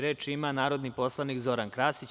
Reč ima narodni poslanik Zoran Krasić.